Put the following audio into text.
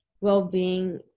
Well-being